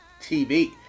TV